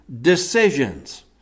decisions